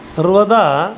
सर्वदा